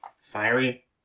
Fiery